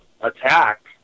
attack